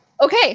okay